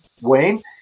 Wayne